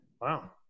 wow